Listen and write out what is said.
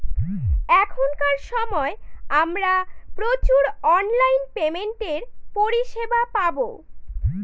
এখনকার সময় আমরা প্রচুর অনলাইন পেমেন্টের পরিষেবা পাবো